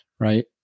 Right